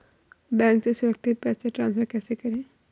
Bank से सुरक्षित पैसे ट्रांसफर कैसे करें?